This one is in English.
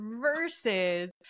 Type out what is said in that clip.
versus